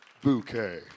bouquet